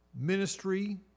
ministry